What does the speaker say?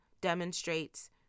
demonstrates